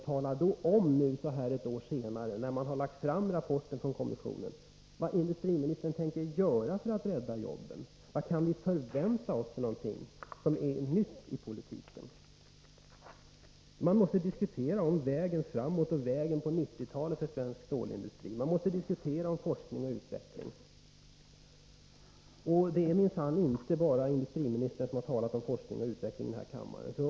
Tala då om så här ett år senare, när kommissionen lagt fram sin rapport, vad industriministern tänker göra för att rädda jobben! Vad kan vi förvänta oss för något nytt i politiken? Man måste diskutera vägen framåt och vägen på 1990-talet för svensk stålindustri. Man måste diskutera forskning och utveckling. Det är minsann inte bara industriministern som har talat om forskning och utveckling i den här kammaren.